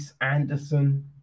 Anderson